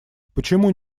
почему